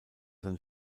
sein